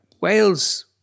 Wales